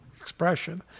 expression